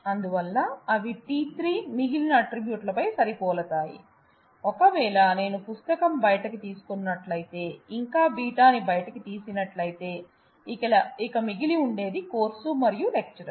అందువల్ల అవి t3 మిగిలిన ఆట్రిబ్యూట్ లపై సరిపోలతాయి ఒకవేళ నేను పుస్తకం బయటకు తీసుకున్నట్లయితే ఇంకా β ని బయటకు తీసినట్లయితే ఇక మిగిలి ఉండేది కోర్సు మరియు లెక్చరర్